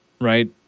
right